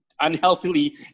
unhealthily